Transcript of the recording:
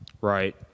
Right